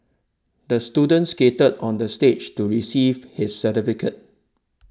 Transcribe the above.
the student skated onto the stage to receive his certificate